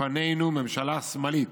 לפנינו ממשלה שמאלית.